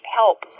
help